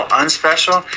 unspecial